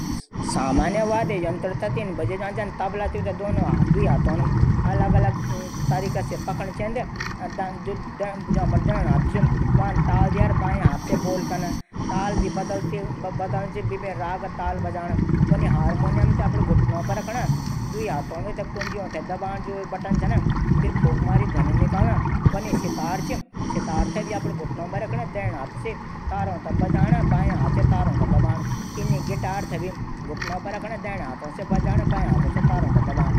एक सामान्य वाद्य यंत्र थै बजाणू कुने थुडा जानकारी हूण चैंद। जन बांसुरी चा त बांसुरी छेदों मा उंगलियां रखण। फिर बासुरी अगने हिस्सा अपडू मुख पर लगाण। और सांस फूक मन। और घुन या गाना बोल निकलण छन।